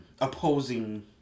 opposing